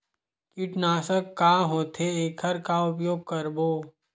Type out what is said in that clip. कीटनाशक का होथे एखर का उपयोग करबो?